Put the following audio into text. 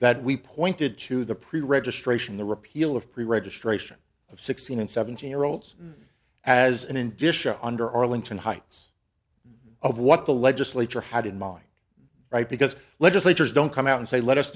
that we pointed to the pre registration the repeal of preregistration of sixteen and seventeen year olds as an industry under arlington heights of what the legislature had in mind right because legislators don't come out and say let us